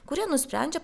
kurie nusprendžia